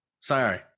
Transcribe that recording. sorry